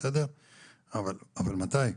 אבל מתי?